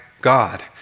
God